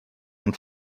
und